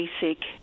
basic